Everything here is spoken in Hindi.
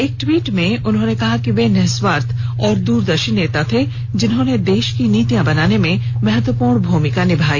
एक ट्वीट में उन्होंने कहा कि वे निःस्वार्थ और द्रदर्शी नेता थे जिन्होंने देश की नीतियां बनाने में महत्वपूर्ण भूमिका निभाई